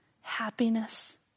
happiness